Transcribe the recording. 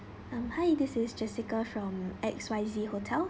um hi this is jessica from X_Y_Z hotel